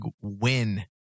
win